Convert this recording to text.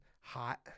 hot